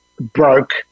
broke